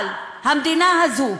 אבל המדינה הזאת,